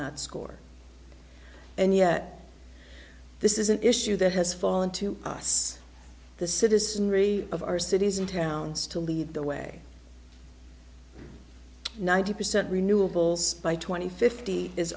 that score and yet this is an issue that has fallen to us the citizenry of our cities and towns to lead the way ninety percent renewables by tw